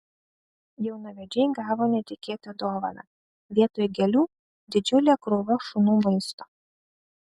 jaunavedžiai gavo netikėtą dovaną vietoj gėlių didžiulė krūva šunų maisto